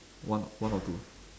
one one or two